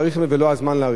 וזה לא הזמן להאריך בהם.